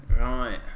Right